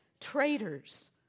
traitors